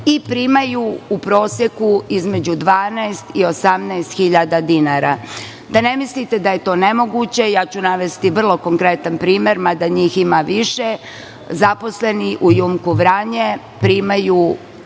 i primaju u proseku između 12.000 i 18.000 dinara. Da ne mislite da je to nemoguće, navešću vrlo konkretan primer, mada njih ima više. Zaposleni u "Jumko" Vranje primaju